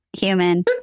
human